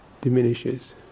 diminishes